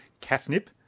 catnip